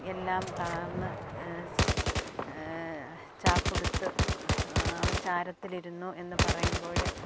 എല്ലാം തളർന്ന് ചാക്കുടുത്ത് അവൻ ചാരത്തിലിരുന്നു എന്നു പറയുമ്പോൾ